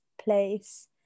place